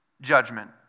judgment